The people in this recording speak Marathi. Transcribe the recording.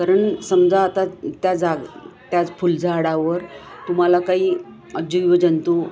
कारण समजा आता त्या जाग त्याच फुलझाडावर तुम्हाला काही अज जीव जंतू